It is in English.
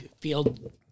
field